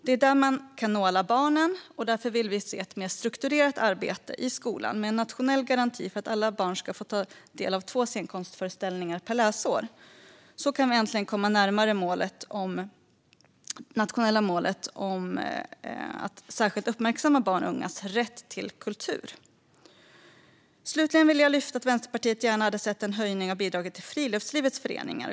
Det är där man kan nå alla barn, och därför vill vi se ett mer strukturerat arbete i skolan med en nationell garanti för att alla barn ska få ta del av två scenkonstföreställningar per läsår. Så kan vi äntligen komma närmare det nationella målet om att särskilt uppmärksamma barns och ungas rätt till kultur. Slutligen vill jag säga att Vänsterpartiet gärna hade sett en höjning av bidraget till friluftslivets föreningar.